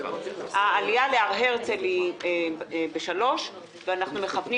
העלייה להר הרצל היא בשעה 15:00 ואנחנו מכוונים